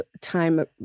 time